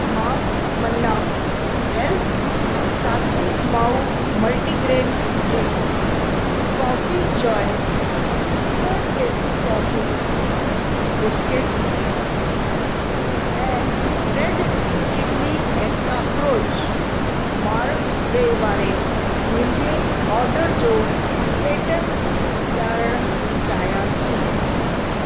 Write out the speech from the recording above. मां Manna health साथु माऊ multi grain drink coffee joy super tasty coffee thins biscuits ऐं रेड किवली ऐं काकरोच मार स्प्रे वारे मुंहिंजे ऑडर जो स्टेटस ॼाणण चाहियां थी